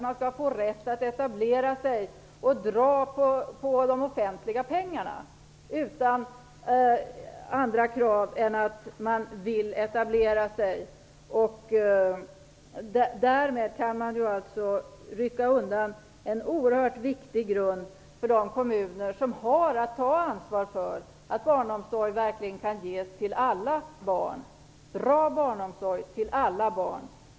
Man skall ha rätt att etablera sig och få del av de offentliga pengarna utan andra krav än att man vill etablera sig. Därmed kan man rycka undan en oerhört viktig grund för de kommuner som har att ta ansvar för att bra barnomsorg verkligen kan ges till alla barn.